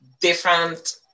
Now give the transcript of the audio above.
different